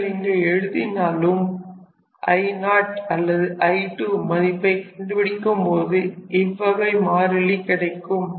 நீங்கள் இங்கே எழுதினாலும் I0 அல்லது I2 மதிப்பை கண்டுபிடிக்கும் போது இவ்வகை மாறிலி கிடைக்கும்